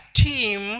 team